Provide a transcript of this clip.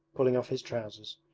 pulling off his trousers.